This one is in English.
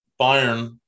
Bayern